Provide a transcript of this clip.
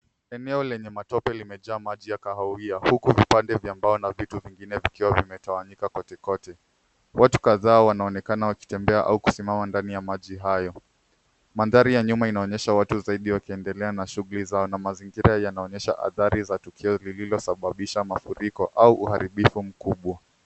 Eneo lenye matope limejaa maji ya kahawia huku vipande vya mbao na vitu vingine vikiwa vimetawanyika kotekote. Watu kadhaa wanaonekana wakitembea au kusimama ndani ya maji hayo. Mandhari ya nyuma inaonyesha watu zaidi wakiendelea na shughuli zao na mazingira yanaonyesha athari za tukio lililosababisha mafuriko au uharibifu mkubwa.